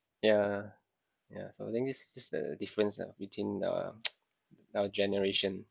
yeah yeah so I think this is a difference ah between the our generation